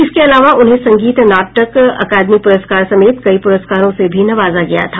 इसके अलावा उन्हें संगीत नाटक अकादमी पुरस्कार समेत कई पुरस्कारों से भी नवाजा गया था